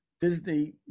Disney